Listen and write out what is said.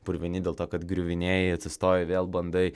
purvini dėl to kad griuvinėji atsistoji vėl bandai